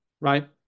Right